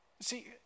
See